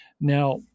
Now